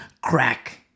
crack